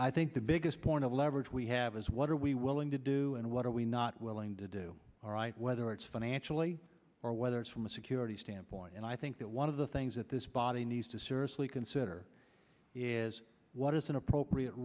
i think the biggest point of leverage we have is what are we willing to do and what are we not willing to do all right whether it's financially or whether it's from a security standpoint and i think that one of the things that this body needs to seriously consider is what is an appropriate